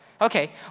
okay